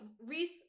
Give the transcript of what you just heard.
Reese